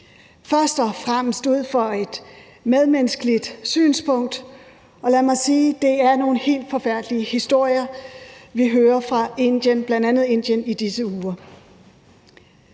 først og fremmest ud fra et medmenneskeligt synspunkt, og lad mig sige, det er nogle helt forfærdelige historier, vi hører fra bl.a. Indien i disse uger.